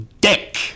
Dick